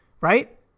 Right